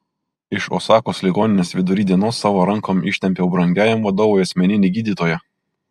iš osakos ligoninės vidury dienos savo rankom ištempiau brangiajam vadovui asmeninį gydytoją